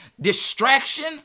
distraction